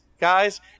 guys